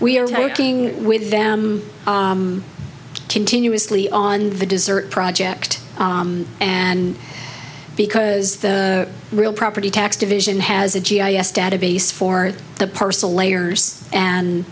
we are talking with them continuously on the desert project and because the real property tax division has a g i s database for the parcel layers and